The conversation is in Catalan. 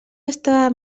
estava